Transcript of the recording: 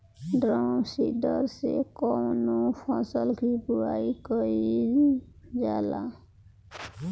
Drum seeder से कवने फसल कि बुआई कयील जाला?